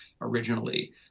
originally